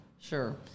Sure